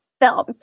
film